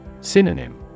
Synonym